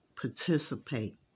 participate